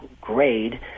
grade